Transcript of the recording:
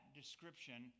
description